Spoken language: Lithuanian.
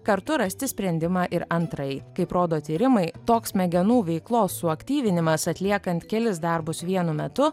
kartu rasti sprendimą ir antrajai kaip rodo tyrimai toks smegenų veiklos suaktyvinimas atliekant kelis darbus vienu metu